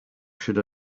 should